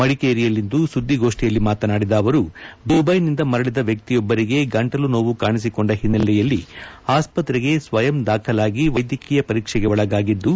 ಮಡಿಕೇರಿಯಲ್ಲಿಂದು ಸುದ್ದಿಗೋಷ್ಷಿಯಲ್ಲಿ ಮಾತನಾಡಿದ ಅವರು ದುವೈನಿಂದ ಮರಳದ ವ್ಯಕ್ತಿಯೊಬ್ಬರಿಗೆ ಗಂಟಲು ನೋವು ಕಾಣಿಸಿಕೊಂಡ ಹಿನ್ನೆಲೆಯಲ್ಲಿ ಆಸ್ಪತ್ರೆಗೆ ಸ್ವಯಂ ದಾಖಲಾಗಿ ವೈದ್ಯಕೀಯ ಪರೀಕ್ಷೆಗೆ ಒಳಗಾಗಿದ್ದು